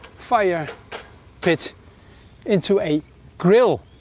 fire pit into a grill.